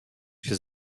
się